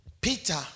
Peter